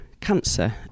cancer